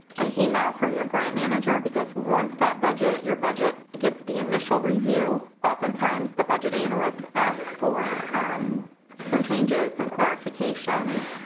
an email from your grant manager because once that budget, your budget gets the initial review, oftentimes, the budget analyst asks for um some changes, some clarifications,